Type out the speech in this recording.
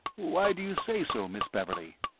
why do you say so, miss beverley?